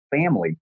family